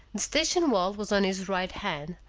the station wall was on his right hand,